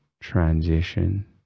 transition